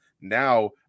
now